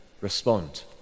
respond